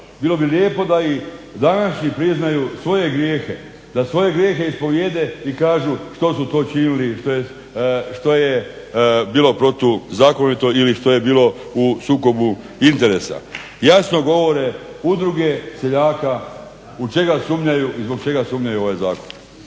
Bilo bi lijepo da i današnji priznaju svoje grijehe, da svoje grijehe ispovjede i kažu što su to činili, što je bilo protuzakonito ili što je bilo u sukobu interesa. Jasno govore udruge seljaka u čega sumnjaju i zbog čega sumnjaju u ovaj zakon.